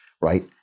right